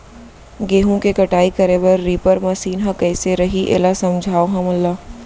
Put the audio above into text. गेहूँ के कटाई करे बर रीपर मशीन ह कइसे रही, एला समझाओ हमन ल?